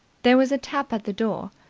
there was a tap at the door.